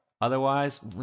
Otherwise